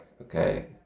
okay